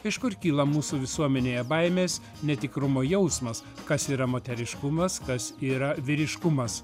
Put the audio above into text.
iš kur kyla mūsų visuomenėje baimės netikrumo jausmas kas yra moteriškumas kas yra vyriškumas